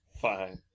Fine